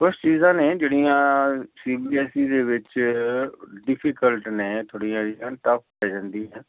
ਕੁਛ ਚੀਜ਼ਾਂ ਨੇ ਜਿਹੜੀਆਂ ਸੀ ਬੀ ਐਸ ਈ ਦੇ ਵਿੱਚ ਡਿਫੀਕਲਟ ਨੇ ਥੋੜ੍ਹੀਆਂ ਜਿਹੀਆਂ ਟਫ ਰਹਿ ਜਾਂਦੀਆਂ